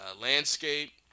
landscape